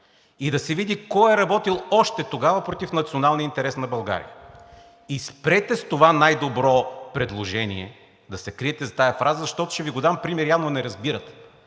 и да се види кой е работил още тогава против националния интерес на България. И спрете с това „най-добро предложение“ – да се криете зад тази фраза, защото явно не разбирате.